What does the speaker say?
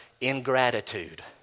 ingratitude